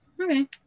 Okay